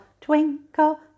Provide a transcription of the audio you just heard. twinkle